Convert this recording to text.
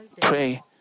pray